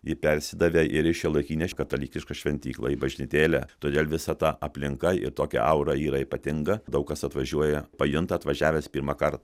ji persidavė ir į šiuolaikinę katalikišką šventyklą į bažnytėlę todėl visa ta aplinka ir tokia aura yra ypatinga daug kas atvažiuoja pajunta atvažiavęs pirmąkart